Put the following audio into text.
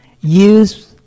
use